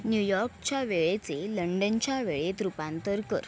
न्यूयॉर्कच्या वेळेचे लंडनच्या वेळेत रूपांतर कर